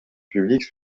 publique